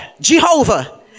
Jehovah